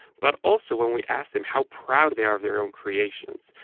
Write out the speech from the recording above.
but also when we ask them how proud they are of their own creations,